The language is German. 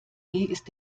ist